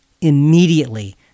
immediately